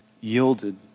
yielded